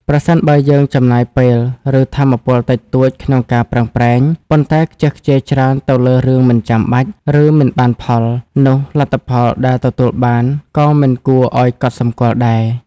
ប្រសិនបើយើងចំណាយពេល ឬថាមពលតិចតួចក្នុងការប្រឹងប្រែង ប៉ុន្តែខ្ជះខ្ជាយច្រើនទៅលើរឿងមិនចាំបាច់ ឬមិនបានផល នោះលទ្ធផលដែលទទួលបានក៏មិនគួរឱ្យកត់សម្គាល់ដែរ។